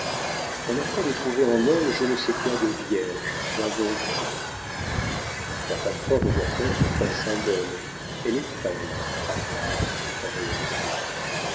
on a peur de trouver en elle je ne sais quoi de vierge d'indompté la femme forte ne doit être qu'un symbole elle effraie à voir en réalité